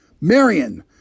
Marion